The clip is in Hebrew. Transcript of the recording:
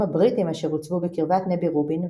הבריטים אשר הוצבו בקרבת נבי-רובין,